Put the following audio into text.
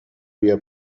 بیا